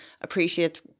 appreciate